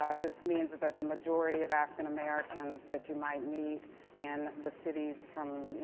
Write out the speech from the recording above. ah this means that that the majority of african americans that you might meet in the cities from you